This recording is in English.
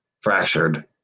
fractured